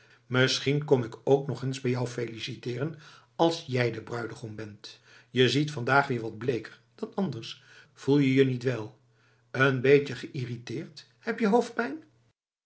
misschien kom ik ook nog eens bij jou feliciteeren als jij de bruigom bent je ziet vandaag weer wat bleeker dan anders voel je je niet wel n beetje geïrriteerd heb je hoofdpijn